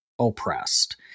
oppressed